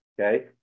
okay